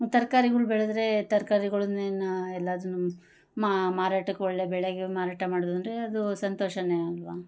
ತರ್ಕಾರಿಗಳು ಬೆಳೆದ್ರೆ ತರಕಾರಿಗಳನ್ನೇ ಎಲ್ಲದ್ರುನು ಮಾರಾಟಕ್ಕೆ ಒಳ್ಳೆ ಬೆಳೆಗೆ ಮಾರಾಟ ಮಾಡೊದು ಅಂದರೆ ಅದು ಸಂತೋಷನೆ ಅಲ್ವ